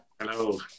Hello